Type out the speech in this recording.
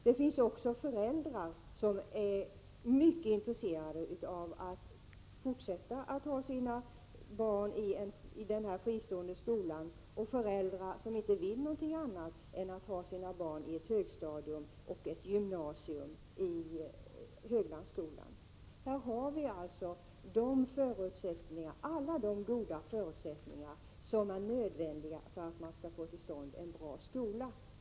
Det finns också föräldrar som är mycket intresserade av att fortsätta att ha sina barn i den här fristående skolan. De vill inte något annat än att ha sina barn i ett högstadium och ett gymnasium vid Höglandsskolan. Här har vi alltså alla de goda förutsättningar som är nödvändiga för att man skall få till stånd en bra skola.